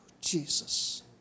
Jesus